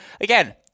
again